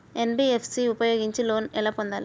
NBFC ఉపయోగించి loan ఎలా పొందాలి?